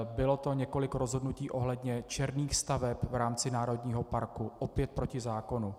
Bylo to několik rozhodnutí ohledně černých staveb v rámci národního parku, opět proti zákonu.